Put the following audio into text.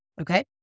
Okay